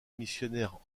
missionnaire